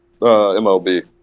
MLB